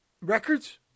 records